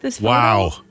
Wow